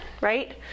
right